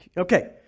Okay